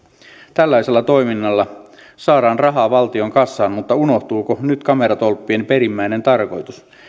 tällaisella toiminnalla saadaan rahaa valtion kassaan mutta unohtuuko nyt kameratolppien perimmäinen tarkoitus